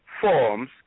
forms